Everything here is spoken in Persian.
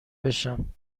بشم